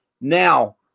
Now